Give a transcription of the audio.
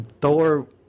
Thor